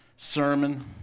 sermon